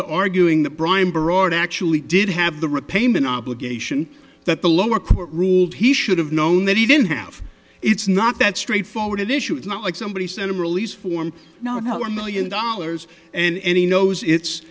to arguing that brian berard actually did have the repayment obligation that the lower court ruled he should have known that he didn't have it's not that straightforward issue it's not like somebody sent a release form no one million dollars and he knows it's